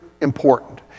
important